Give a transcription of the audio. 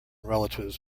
relatives